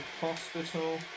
hospital